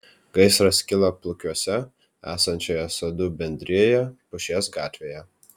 gaisras kilo plukiuose esančioje sodų bendrijoje pušies gatvėje